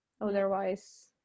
Otherwise